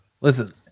Listen